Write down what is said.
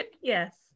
yes